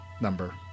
Number